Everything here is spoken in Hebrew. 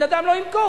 בן-אדם לא ימכור.